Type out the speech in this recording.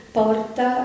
porta